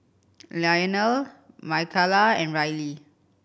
Leonel Micayla and Riley